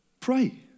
Pray